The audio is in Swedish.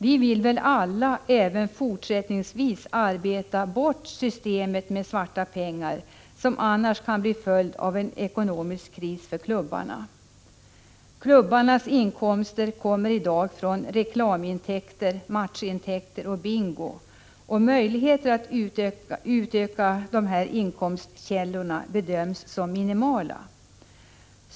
Vi vill alla arbeta bort systemet med svarta pengar, som annars kan bli följden av en ekonomisk kris för klubbarna. Klubbarnas inkomster utgörs i dag av reklam-, matchoch bingointäkter, och möjligheterna att utöka de här inkomstkällorna bedöms som minimala.